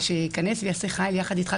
שייכנס לתפקיד ויעשה חיל ביחד אתך,